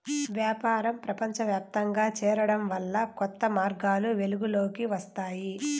వ్యాపారం ప్రపంచవ్యాప్తంగా చేరడం వల్ల కొత్త మార్గాలు వెలుగులోకి వస్తాయి